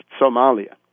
Somalia